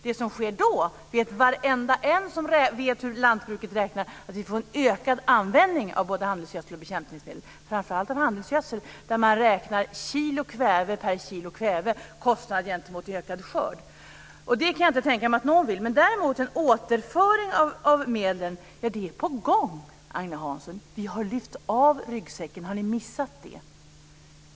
Det som sker då - det vet varenda en som vet hur lantbrukarna räknar - är att vi får en ökad användning av både handelsgödsel och bekämpningsmedel. Det gäller framför allt handelsgödsel, där man räknar kilo kväve per kilo kväve - kostnad gentemot ökad skörd. Jag kan inte tänka mig att någon vill det. En återföring av medlen är däremot på gång, Agne Hansson. Vi har lyft av ryggsäcken. Har ni missat det?